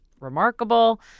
remarkable